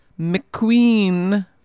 McQueen